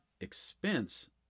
expense